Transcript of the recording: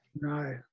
No